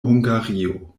hungario